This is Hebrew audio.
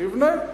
יבנה.